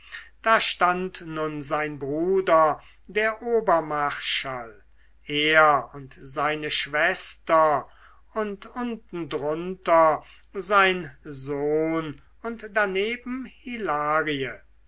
da stand nun sein bruder der obermarschall er und seine schwester und unten drunter sein sohn und daneben